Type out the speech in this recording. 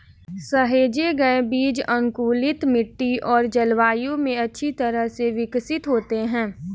सहेजे गए बीज अनुकूलित मिट्टी और जलवायु में अच्छी तरह से विकसित होते हैं